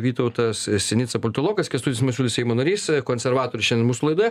vytautas sinica politologas kęstutis masiulis seimo narys konservatorius šiandien mūsų laidoje